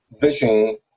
vision